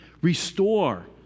Restore